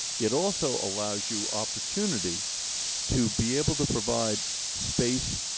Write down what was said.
it also allows you opportunity to be able to provide space,